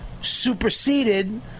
superseded